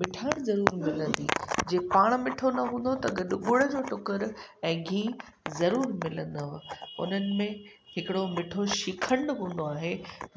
मिठाण ज़रूरु मिलंदी जे पाण मिठो न हूंदो त गॾु गुड़ जो टुकर ऐं ॻिहु ज़रूरु मिलंदव उन्हनि में हिकिड़ो मिठो श्रीखंड हूंदो आहे